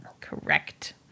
correct